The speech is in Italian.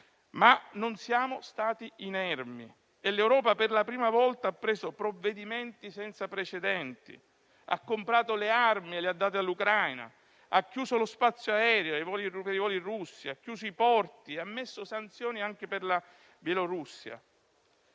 ma non siamo stati inermi e l'Europa, per la prima volta, ha preso provvedimenti senza precedenti: ha comprato le armi e le ha date all'Ucraina; ha chiuso lo spazio aereo ai voli russi; ha chiuso i porti; ha imposto sanzioni anche alla Bielorussia.